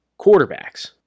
quarterbacks